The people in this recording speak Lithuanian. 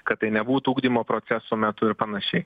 kad tai nebūtų ugdymo proceso metu ir panašiai